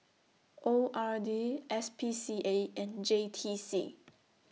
O R D S P C A and J T C